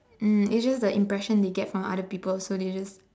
um it's just the impression you get from other people so they just